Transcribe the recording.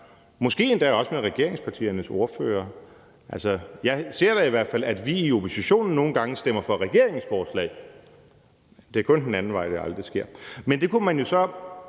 måske endda også med regeringspartiernes ordførere. Jeg ser da i hvert fald, at vi i oppositionen nogle gange stemmer for regeringens forslag. Det er kun den anden vej, det aldrig sker. Men det kunne man måske